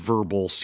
Verbal